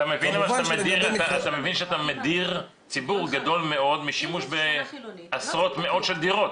אתה מבין שאתה מדיר ציבור גדול מאוד משימוש במאות של דירות,